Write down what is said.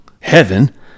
heaven